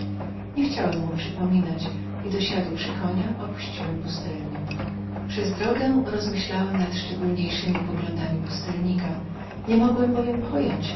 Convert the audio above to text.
niechciałem mu przypominać i dosiałszydosiadłszy konia opuściłem pustelnią przez drogę rozmyślałem nad szczególniejszemi mniemaniami pustelnika nie mogłem bowiem pojąć